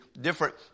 different